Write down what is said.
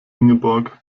ingeborg